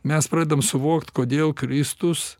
mes pradedam suvokt kodėl kristus